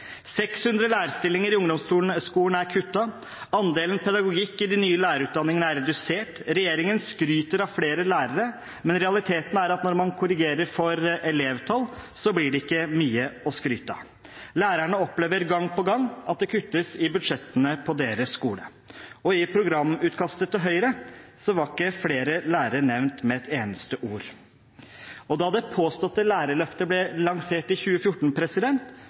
600 lærerstillinger i ungdomsskolen er kuttet. Andelen pedagogikk i de nye lærerutdanningene er redusert. Regjeringen skryter av flere lærere, men realiteten, når man korrigerer for elevtall, er at det blir ikke mye å skryte av. Lærerne opplever gang på gang at det kuttes i budsjettene på deres skole. I programutkastet til Høyre var ikke flere lærere nevnt med et eneste ord. Da det påståtte lærerløftet ble lansert i 2014,